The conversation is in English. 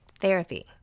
therapy